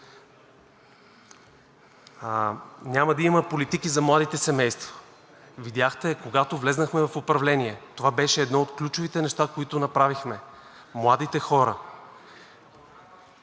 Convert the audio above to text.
Няма да има политики за младите семейства. Видяхте, че когато влязохме в управлението, това беше едно от ключовите неща, които направихме – младите хора.